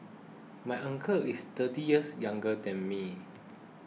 my uncle is thirty years younger than me